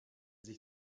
sich